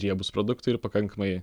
riebūs produktai ir pakankamai